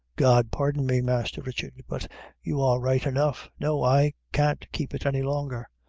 god pardon me, masther richard, but you are right enough. no i can't keep it any longer.